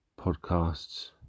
podcasts